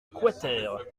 quater